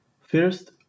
First